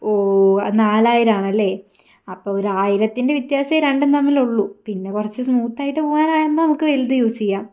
ഓ ഓ നാലായിരം ആണല്ലേ അപ്പോൾ ഒരു ആയിരത്തിൻ്റെ വ്യത്യാസമേ രണ്ടും തമ്മിലുള്ളൂ പിന്നെ കുറച്ച് സ്മൂത്ത് ആയിട്ട് പോകാൻ ആകുമ്പോൾ നമുക്ക് വലുത് യൂസ് ചെയ്യാം